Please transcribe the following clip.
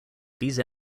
these